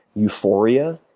euphoria,